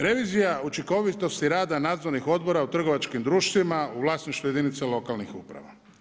Revizija učinkovitosti rada nadzornih odbora u trgovačkim društvima u vlasništvu jedinice lokalnih uprava.